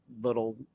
little